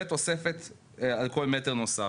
ותוספת על כל מטר נוסף.